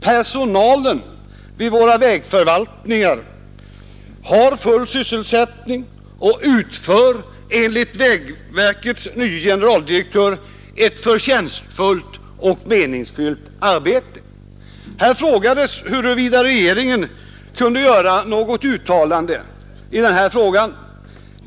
Personalen vid våra vägförvaltningar har full sysselsättning och utför enligt vägverkets nye generaldirektör ett förtjänstfullt och meningsfyllt arbete. Här frågades huruvida regeringen kunde göra något uttalande i denna fråga.